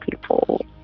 people